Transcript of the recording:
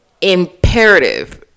imperative